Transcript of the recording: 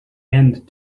end